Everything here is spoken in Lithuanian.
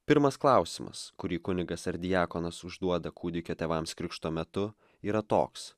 pirmas klausimas kurį kunigas ar diakonas užduoda kūdikio tėvams krikšto metu yra toks